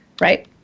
Right